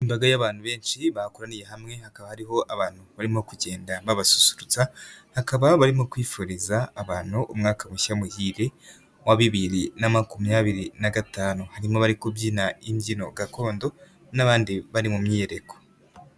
Imbaga y'abantu benshi bakoraniye hamwe, hakaba hariho abantu barimo kugenda babasusurutsa, hakaba barimo kwifuriza abantu umwaka mushya muhire wa bibiri na makumyabiri na gatanu. Harimo abari kubyina imbyino gakondo n'abandi bari mu myiyereko.